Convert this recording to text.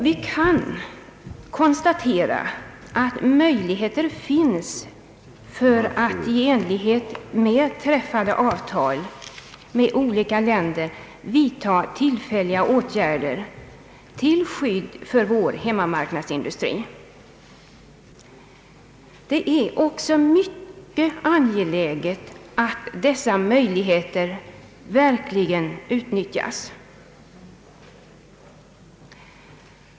Vi kan konstatera att möjligheter finns för att i enlighet med träffade avtal med olika länder vidta tillfälliga åtgärder till skydd för vår hemmamarknadsindustri. Det är också mycket angeläget att dessa möjligheter verkligen utnyttjas.